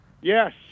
Yes